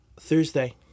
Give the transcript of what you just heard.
Thursday